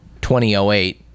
2008